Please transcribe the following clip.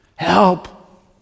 Help